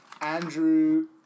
Andrew